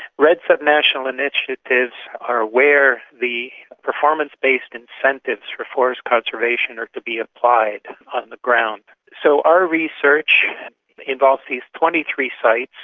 redd's national initiatives are where the performance-based incentives for forest conservation are to be applied on the ground. so our research involves these twenty three sites,